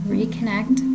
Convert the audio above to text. Reconnect